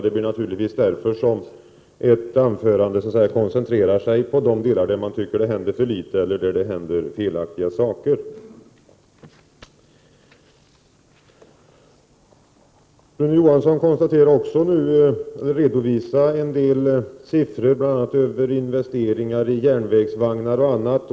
Det är naturligt att man koncentrerar sig på de frågor där man tycker att det händer för litet eller där det händer fel saker. Rune Johansson redovisade en del siffror, bl.a. för investeringar i järnvägsvagnar och annat.